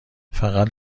فقط